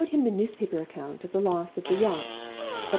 i showed him the newspaper account of the loss of the yacht,